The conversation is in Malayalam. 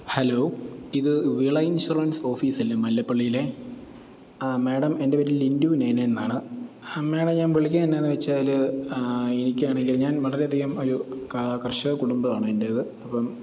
ഹലോ ഇത് വിളയംച്ചിറൻസ് ഓഫീസല്ലേ മല്ലപ്പള്ളിയിലെ ആ മേടം എൻ്റെ പേര് ലിൻറ്റു നേനേൻ എന്നാണ് ആ മേടം ഞാൻ വിളിക്കുന്നതെന്നായെന്നു വെച്ചാൽ എനിക്കാണേൽ ഞാൻ വളരെയധികം ഒരു കർഷക കുടുംബമാണ് എൻറ്റേത് അപ്പം